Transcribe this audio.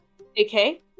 Okay